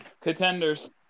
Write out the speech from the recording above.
contenders